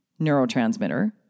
neurotransmitter